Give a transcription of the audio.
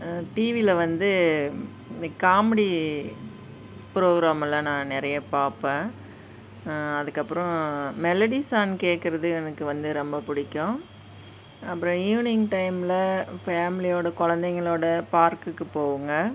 டிவியில் வந்து இந்த காமெடி ப்ரோக்ராமெலாம் நான் நிறையா பார்ப்பேன் அதுக்கப்புறம் மெல்லடி சாங் கேட்குறது எனக்கு வந்து ரொம்ப பிடிக்கும் அப்புறம் ஈவினிங் டைமில் ஃபேம்லியோடு குழந்தைங்களோட பார்க்குக்கு போவோங்க